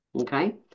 Okay